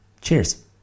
cheers